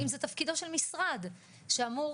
אם זה תפקידו של משרד שאמור,